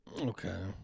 Okay